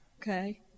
Okay